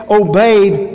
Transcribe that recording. obeyed